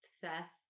theft